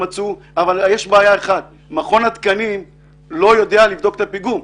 יש בעיה אחת שמכון התקנים לא יודע לבדוק את הפיגום.